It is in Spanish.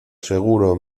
seguro